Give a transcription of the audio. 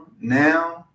now